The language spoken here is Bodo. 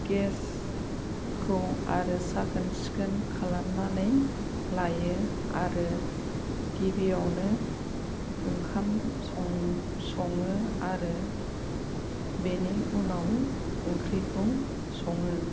गेसखो आरो साखोन सिखोन खालामनानै लायो आरो गिबियावनो ओंखाम सङो आरो बेनि उनाव ओंख्रिखौ सङो